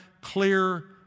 clear